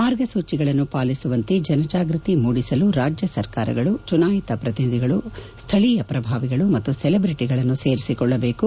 ಮಾರ್ಗಸೂಚಿಗಳನ್ನು ಪಾಲಿಸುವಂತೆ ಜನಜಾಗೃತಿ ಮೂಡಿಸಲು ರಾಜ್ಜ ಸರ್ಕಾರಗಳು ಚುನಾಯಿತಿ ಪ್ರತಿನಿಧಿಗಳು ಸ್ವಳೀಯ ಪ್ರಭಾವಿಗಳು ಮತ್ತು ಸೆಲೆಬ್ರಿಟಗಳನ್ನು ಸೇರಿಸಿಕೊಳ್ಳಬೇಕು